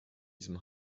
diesem